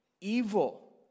evil